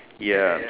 ya